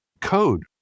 code